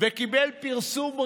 וקיבל פרסום רב: